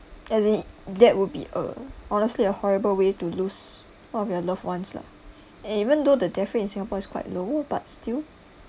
as in that would be a honestly a horrible way to lose one of your loved ones lah and even though the death rate in singapore is quite low but still